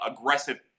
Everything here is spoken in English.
aggressive